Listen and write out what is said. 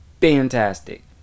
fantastic